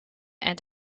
and